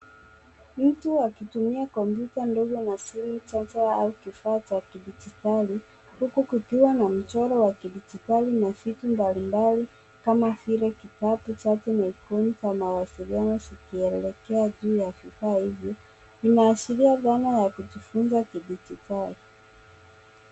Mtu akitumia kompyuta ndogo na simu chache au kifaa cha kidijitali huku kukiwa na mchoro wa kidijitali na vitu mbalimbali kama vile kitabu, chati na icon ya mawasiliano zikielekea juu ya vifaa hivi .Vinaashiria dhana ya kujifunza kidijitali.